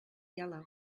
yellow